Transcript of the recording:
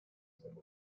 storia